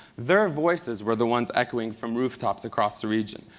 their voices were the ones echoing from rooftops across the region.